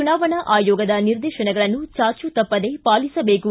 ಚುನಾವಣಾ ಆಯೋಗದ ನಿರ್ದೇಶನಗಳನ್ನು ಚಾಚು ತಪ್ಪದೇ ಪಾಲಿಸಬೇಕು